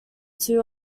two